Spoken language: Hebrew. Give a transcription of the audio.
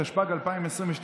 התשפ"ג 2022,